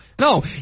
no